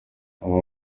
abo